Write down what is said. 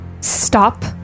stop